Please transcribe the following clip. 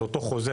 של אותו חוזה.